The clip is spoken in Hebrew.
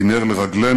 היא נר לרגלינו.